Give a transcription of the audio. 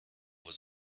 was